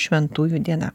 šventųjų diena